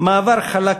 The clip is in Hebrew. מעבר חלק יותר,